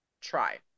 try